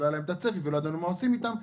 היה להם צפי ולא ידענו מה עושים איתם.